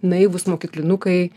naivūs mokyklinukai